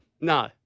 No